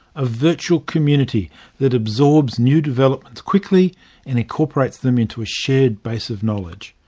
a virtual community that absorbs new developments quickly and incorporates them into a shared base of knowledge.